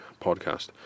podcast